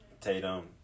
Tatum